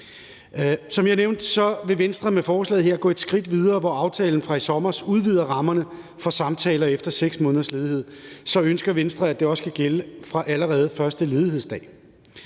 Som jeg nævnte, vil Venstre med forslaget her gå et skridt videre. Hvor aftalen fra i sommer udvider rammerne for samtalerne efter 6 måneders ledighed, ønsker Venstre, at det allerede skal gælde fra den første ledighedsdag.